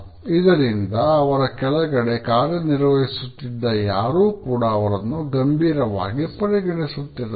ಇದರಿಂದ ಅವರ ಕೆಳಗಡೆ ಕಾರ್ಯ ನಿರ್ವಹಿಸುತ್ತಿದ್ದಾಯಾರು ಕೂಡ ಅವರನ್ನು ಗಂಭೀರವಾಗಿ ಪರಿಗಣಿಸುತ್ತಿರಲಿಲ್ಲ